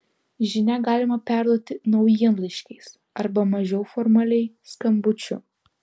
žinią galimą perduoti naujienlaiškiais arba mažiau formaliai skambučiu